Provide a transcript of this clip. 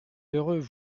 heureux